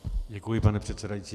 Děkuji, pane předsedající.